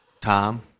Tom